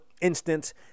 instance